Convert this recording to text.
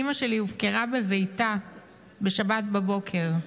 אימא שלי הופקרה בביתה בשבת בבוקר.